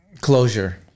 closure